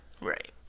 Right